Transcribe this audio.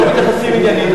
אתם לא מתייחסים עניינית.